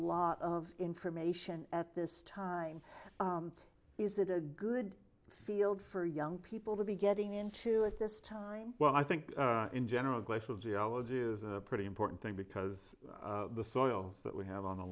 lot of information at this time is it a good field for young people to be getting into at this time well i think in general glacial geology is a pretty important thing because the soils that we have on